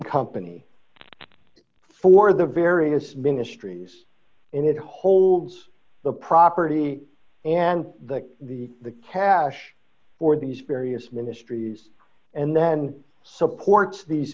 company for the various ministries and it holds the property and the the the cash for these various ministries and then supports these